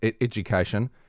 education